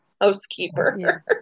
housekeeper